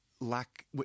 lack